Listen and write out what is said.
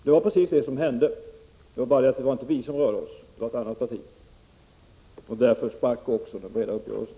Det var precis vad som hände — det var bara det att det inte var centerpartiet som rörde sig utan ett annat parti, och därför sprack den breda uppgörelsen.